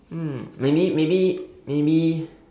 um maybe maybe maybe